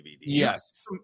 yes